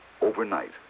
overnight